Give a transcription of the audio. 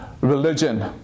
religion